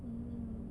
mm